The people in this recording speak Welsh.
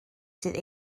sydd